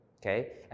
okay